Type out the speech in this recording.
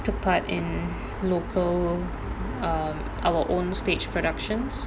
took part in local um our own stage productions